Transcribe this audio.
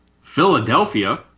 Philadelphia